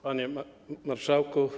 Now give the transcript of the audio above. Panie Marszałku!